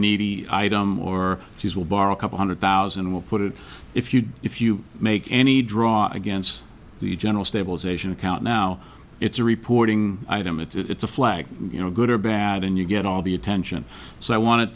needy item or she's will borrow a couple hundred thousand we'll put it if you if you make any draw against the general stabilization account now it's a reporting item it's a flag you know good or bad and you get all the attention so i wanted